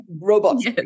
robots